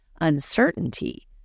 uncertainty